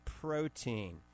protein